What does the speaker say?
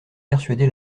persuadé